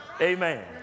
Amen